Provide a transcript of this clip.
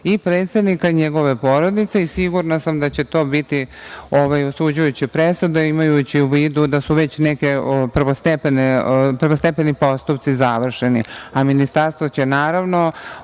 i predsednika i njegove porodice i sigurna sam da će to biti osuđujuće presude, imajući u vidu da su već neki prvostepeni postupci završeni.